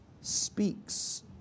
speaks